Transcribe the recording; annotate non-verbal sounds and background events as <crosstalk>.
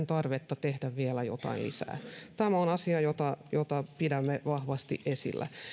<unintelligible> tarvetta tehdä vielä jotain lisää tämä on asia jota jota pidämme vahvasti esillä